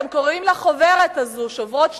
אתם קוראים לחוברת הזאת "שוברות שתיקה",